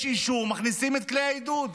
יש אישור, מכניסים את כלי העידוד.